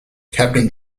captain